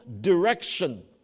direction